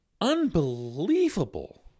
Unbelievable